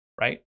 right